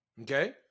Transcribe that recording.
Okay